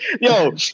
Yo